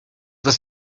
was